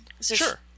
Sure